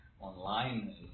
online